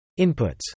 Inputs